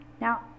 Now